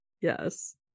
yes